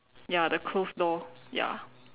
ya the closed door ya